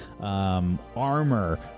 armor